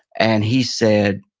and he said,